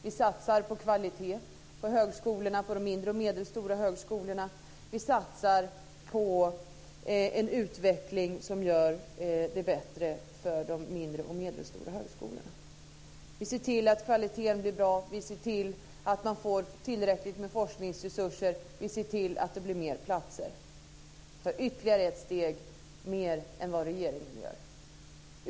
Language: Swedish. Vi satsar på kvalitet på de mindre och medelstora högskolorna, vi satsar på en utveckling som gör det bättre för de mindre och medelstora högskolorna. Vi ser till att kvaliteten blir bra. Vi ser till att man får tillräckligt med forskningsresurser. Vi ser till att det blir fler platser. Vi tar ytterligare ett steg jämfört med vad regeringen gör.